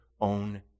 own